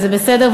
וזה בסדר,